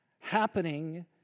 happening